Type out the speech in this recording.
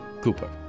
Cooper